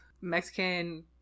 mexican